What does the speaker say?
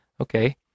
okay